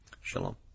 Shalom